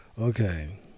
Okay